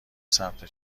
سمت